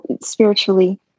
spiritually